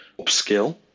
upskill